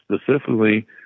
specifically